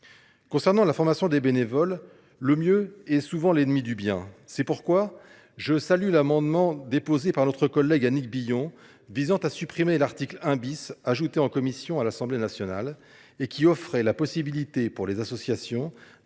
Concernant la formation des bénévoles, le mieux est souvent l’ennemi du bien. C’est pourquoi je salue l’amendement déposé par notre collègue Annick Billon et visant à supprimer l’article 1, ajouté en commission à l’Assemblée nationale et qui offrait la possibilité pour les associations